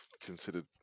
considered